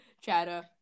Chatter